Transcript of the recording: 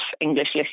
English